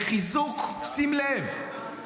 שים לב,